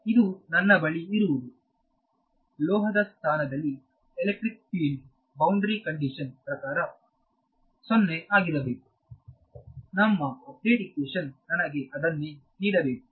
ಇದು ನನ್ನ ಬಳಿ ಇರುವುದುಲೋಹದ ಸ್ಥಾನದಲ್ಲಿ ಎಲೆಕ್ಟ್ರಿಕ್ ಫೀಲ್ಡ್ ಬೌಂಡರಿ ಕಂಡಿಶನ್ ಪ್ರಕಾರ 0 ಆಗಿರಬೇಕು ನಮ್ಮ ಅಪ್ಡೇಟ್ ಇಕ್ವೇಶನ್ ನನಗೆ ಅದನ್ನೇ ನೀಡಬೇಕು